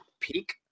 Peak